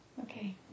Okay